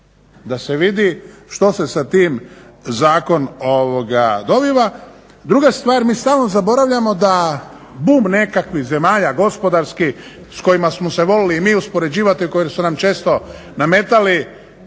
da se vidi što se sa tim zakonom dobiva. Druga stvar, mi stalno zaboravljamo da bum nekakvih zemalja gospodarskih s kojima smo se voljeli i mi uspoređivati koje su nam često nametali